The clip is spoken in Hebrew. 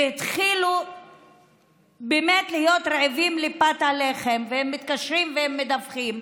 והן התחילו באמת להיות רעבות לפת לחם והן מתקשרות והן מדווחות.